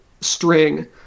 string